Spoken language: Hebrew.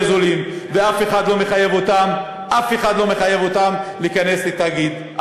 ואף אחד לא מחייב אותן להיכנס לתאגיד,